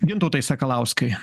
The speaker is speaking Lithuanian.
gintautai sakalauskai